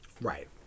Right